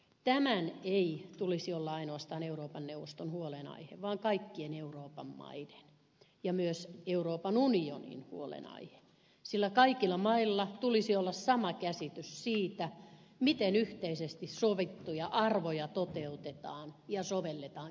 tämän ei tulisi olla ainoastaan euroopan neuvoston huolenaihe vaan kaikkien euroopan maiden ja myös euroopan unionin huolenaihe sillä kaikilla mailla tulisi olla sama käsitys siitä miten yhteisesti sovittuja arvoja toteutetaan ja sovelletaan käytännössä